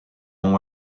nom